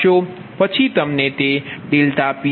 પછી તમને તે ∆Pg13700